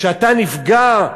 כשאתה נפגע.